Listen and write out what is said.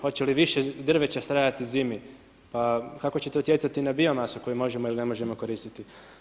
Hoće li više drveća stradati zimi pa kako će to utjecati na biomasu koju možemo ili ne možemo koristiti?